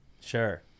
sure